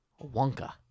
Wonka